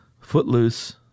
Footloose